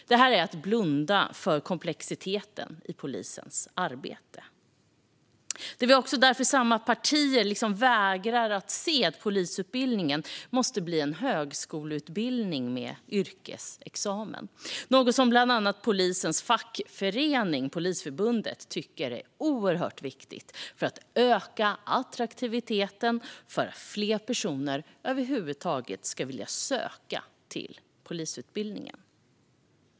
Det är att blunda för komplexiteten i polisens arbete. Det är väl också därför som samma partier vägrar att se att polisutbildningen måste bli en högskoleutbildning med yrkesexamen. Det är något som bland annat polisens fackförening, Polisförbundet, tycker är oerhört viktigt för att öka attraktiviteten och få fler personer att över huvud taget vilja söka till polisutbildningen.